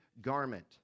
garment